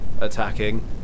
attacking